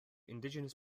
indigenous